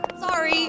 Sorry